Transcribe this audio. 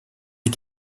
les